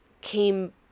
came